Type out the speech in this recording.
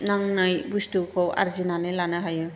नांनाय बुस्थुखौ आरजिनानै लानो हायो